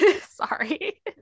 sorry